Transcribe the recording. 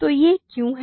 तो यह क्यों है